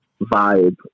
vibe